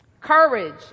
Courage